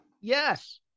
Yes